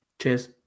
Cheers